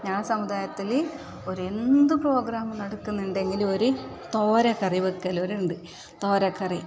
ഞാൻ സമുദായത്തില് ഒരു എന്ത് പ്രോഗ്രാം നടക്കുന്നുണ്ടെങ്കിലും ഒര് തോരക്കറി വയ്ക്കലുണ്ട് തോരക്കറി